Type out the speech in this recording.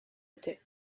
était